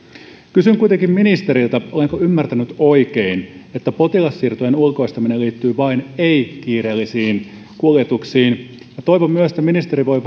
kysyn kuitenkin ministeriltä olenko ymmärtänyt oikein että potilassiirtojen ulkoistaminen liittyy vain ei kiireellisiin kuljetuksiin ja toivon myös että ministeri voi